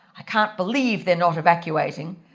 i can't believe they're not evacuating.